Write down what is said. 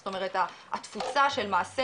זאת אומרת התפוצה של מעשה